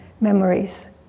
memories